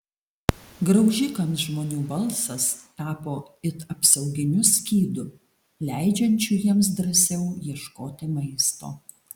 graužikams žmonių balsas tapo it apsauginiu skydu leidžiančiu jiems drąsiau ieškoti maisto